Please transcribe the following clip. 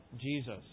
Jesus